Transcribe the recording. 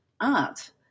art